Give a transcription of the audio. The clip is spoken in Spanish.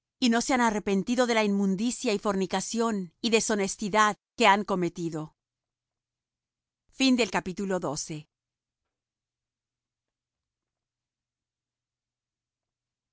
y no se han arrepentido de la inmundicia y fornicación y deshonestidad que han cometido esta